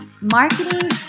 marketing